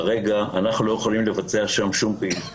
כרגע אנחנו לא יכולים לבצע שם שום פעילות,